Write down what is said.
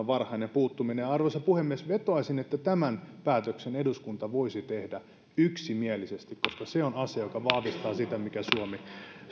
varhainen puuttuminen ja arvoisa puhemies vetoaisin että tämän päätöksen eduskunta voisi tehdä yksimielisesti koska se on asia joka vahvistaa sitä mikä